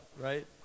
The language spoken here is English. right